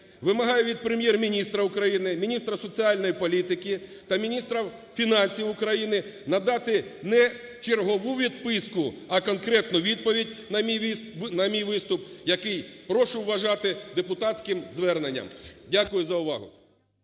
Вимагаю від Прем'єр-міністра України, міністра соціальної політики та міністра фінансів України надати не чергову відписку, а конкретну відповідь на мій виступ, який прошу вважати депутатським зверненням. Дякую за увагу.